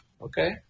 okay